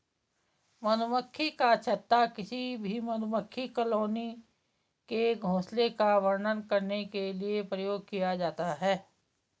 मधुमक्खी का छत्ता किसी भी मधुमक्खी कॉलोनी के घोंसले का वर्णन करने के लिए प्रयोग किया जाता है